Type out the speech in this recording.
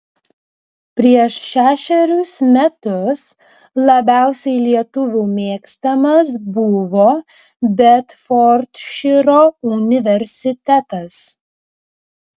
prieš šešerius metus labiausiai lietuvių mėgstamas buvo bedfordšyro universitetas